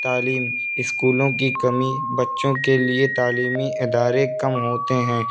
تعلیم اسکولوں کی کمی بچوں کے لیے تعلیمی ادارے کم ہوتے ہیں